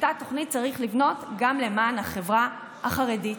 צריך לבנות גם למען החברה החרדית,